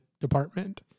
department